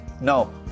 No